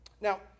Now